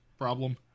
problem